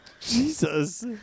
Jesus